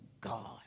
God